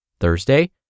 Thursday